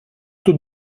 тут